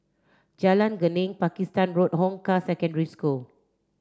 Jalan Geneng Pakistan Road Hong Kah Secondary School